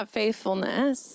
faithfulness